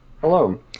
Hello